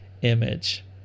image